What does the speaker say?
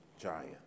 giant